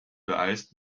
beeilst